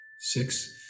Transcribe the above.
six